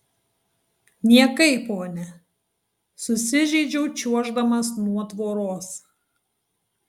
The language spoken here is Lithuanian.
niekai ponia susižeidžiau čiuoždamas nuo tvoros